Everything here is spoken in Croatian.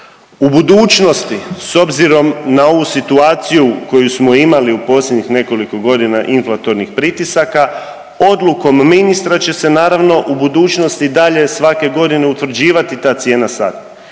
U budućnosti s obzirom na ovu situaciju koju smo imali u posljednjih nekoliko godina inflatornih pritisaka odlukom ministra će se naravno u budućnosti dalje svake godine utvrđivati ta cijena sata.